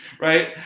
right